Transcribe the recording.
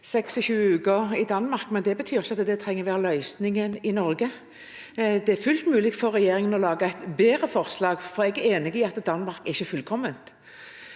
26 uker i Danmark. Det betyr ikke at det trenger å være løsningen i Norge. Det er fullt mulig for regjeringen å lage et bedre forslag, for jeg er enig i at Danmarks ordning ikke er fullkommen.